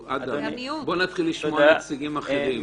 נתחיל לשמוע נציגים אחרים.